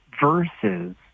versus